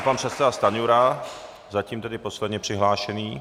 Pan předseda Stanjura, zatím posledně přihlášený.